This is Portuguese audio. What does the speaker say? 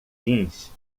jeans